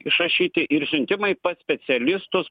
išrašyti ir siuntimai pas specialistus